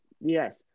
Yes